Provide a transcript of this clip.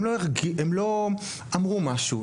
הם לא אמרו משהו,